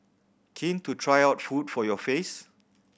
keen to try out food for your face